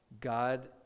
God